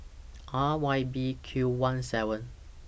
R Y B Q one seven